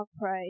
pray